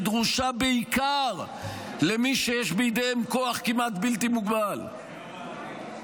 היא דרושה בעיקר למי שיש בידיהם כוח כמעט בלתי מוגבל ולמי